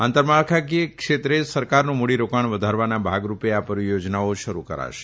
આંતરમાળખાકીય ક્ષેત્રે સરકારનું મૂડીરીકાણ વધારવાના ભાગરૂપે આ પરિયોજનાઓ શરૂ કરાશે